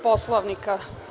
Poslovnika.